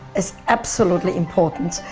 it's absolutely important.